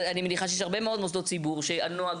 אני מניחה שיש הרבה מאוד מוסדות ציבור שהנוהג